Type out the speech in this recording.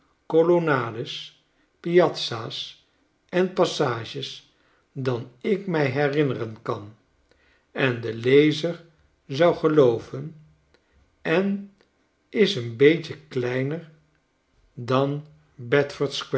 colonades piazza's en passages dan ik mij herinneren kan en de lezer zou gelooven en is een beetje kleiner dan